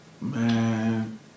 Man